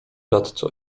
radco